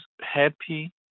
happy